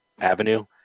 Avenue